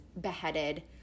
beheaded –